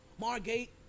Margate